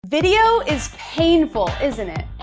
video is painful, isn't it?